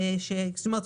כלומר,